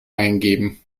eingeben